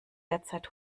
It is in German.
derzeit